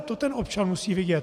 To ten občan musí vědět.